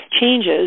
changes